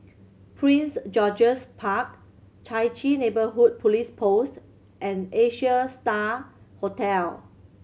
Prince George's Park Chai Chee Neighbourhood Police Post and Asia Star Hotel